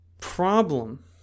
problem